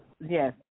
yes